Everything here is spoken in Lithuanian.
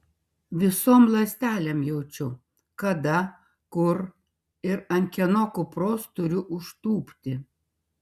visom ląstelėm jaučiu kada kur ir ant kieno kupros turiu užtūpti